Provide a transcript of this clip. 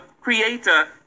creator